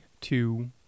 two